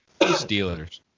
Steelers